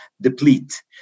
deplete